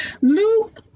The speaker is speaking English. Luke